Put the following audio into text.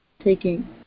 taking